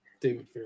David